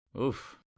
Oof